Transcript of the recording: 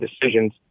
decisions